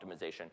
optimization